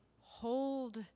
hold